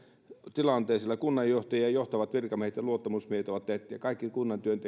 tilanteen että siellä kunnanjohtaja ja johtavat virkamiehet ja luottamusmiehet ja kaikki kunnan